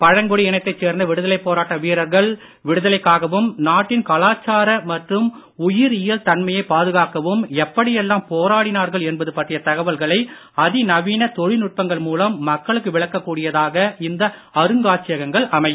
பழங்குடி இனத்தைச் சேர்ந்த விடுதலை போராட்ட வீரர்கள் விடுதலைக்காகவும் நாட்டின் கலாச்சார மற்றும் உயிரியல் தன்மையை பாதுகாக்கவும் எப்படியெல்லாம் போராடினார்கள் என்பது பற்றிய தகவல்களை அதிநவீன தொழில்நுட்பங்கள் மூலம் மக்களுக்கு விளக்கக் கூடியதாக இந்த அருங்காட்சியகங்கள் அமையும்